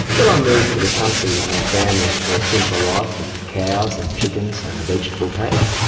when i moved to the country with my family for a simpler life of cows and chickens and a vegetable patch,